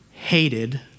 hated